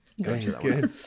good